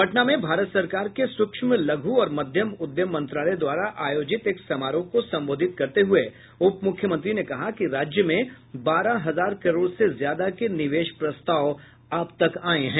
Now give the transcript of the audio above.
पटना में भारत सरकार के सूक्ष्म लघु और मध्यम उद्यम मंत्रालय द्वारा आयोजित एक समारोह को संबोधित करते हुए उप मुख्यमंत्री ने कहा कि राज्य में बारह हजार करोड़ से ज्यादा के निवेश प्रस्ताव अब तक आये हैं